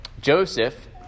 Joseph